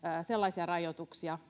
sellaisia rajoituksia